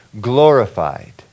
glorified